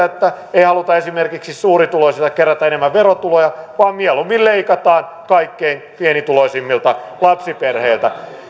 että ei haluta esimerkiksi suurituloisilta kerätä enemmän verotuloja vaan mieluummin leikataan kaikkein pienituloisimmilta lapsiperheiltä